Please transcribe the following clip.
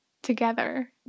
together